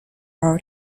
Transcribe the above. are